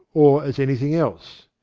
or as anything else.